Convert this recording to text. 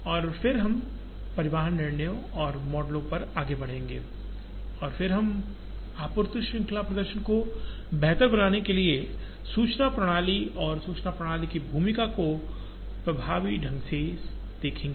और फिर हम परिवहन के लिए परिवहन निर्णयों और मॉडलों पर आगे बढ़ेंगे और फिर हम आपूर्ति श्रृंखला प्रदर्शन को बेहतर बनाने के लिए सूचना प्रणाली और सूचना प्रणाली की भूमिका को प्रभावी ढंग से देखेंगे